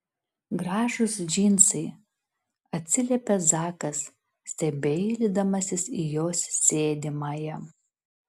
gražūs džinsai atsiliepė zakas stebeilydamasis į jos sėdimąją